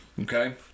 Okay